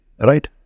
right